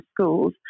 schools